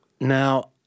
Now